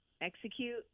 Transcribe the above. Execute